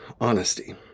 honesty